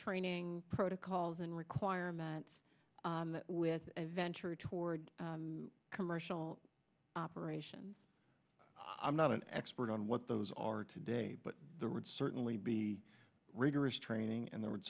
training protocols and requirements with a venture toward commercial operations i'm not an expert on what those are today but there would certainly be rigorous training and there would